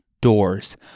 doors